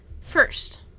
First